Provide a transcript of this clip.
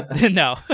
no